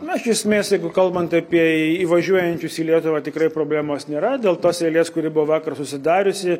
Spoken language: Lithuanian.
na iš esmės jeigu kalbant apie įvažiuojančius į lietuvą tikrai problemos nėra dėl tos eilės kuri buvo vakar susidariusi